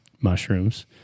mushrooms